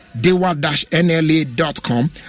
Dewa-NLA.com